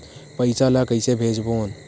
पईसा ला कइसे भेजबोन?